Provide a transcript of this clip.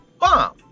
bomb